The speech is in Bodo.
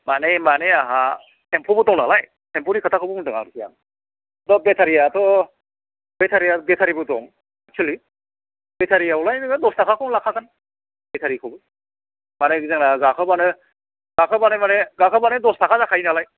माने माने आहा टेमपुबो दं नालाय टेमपुनि खोथाखौबो बुंदो आरोखि आं बेतारियाथ' भेतारिया भेतारिबो दं सोलि भेतारियावलाय नोङो दस थाखाखौ लाखागोन भेतारिखौ बारा गोजान गाखोबानो गाखोबानो माने गाखोबानो दस ताखा जाखायो नालाय